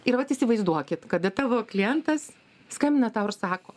ir vat įsivaizduokit kada tavo klientas skambina tau ir sako